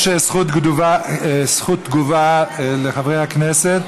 יש זכות תגובה לחברי הכנסת.